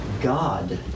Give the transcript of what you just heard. God